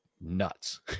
nuts